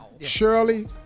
Shirley